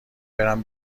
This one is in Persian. برم